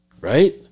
right